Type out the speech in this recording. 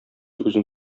үзен